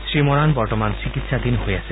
শ্ৰীমৰাণ বৰ্তমান চিকিৎসাধীন হৈ আছে